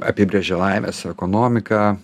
apibrėžė laimės ekonomiką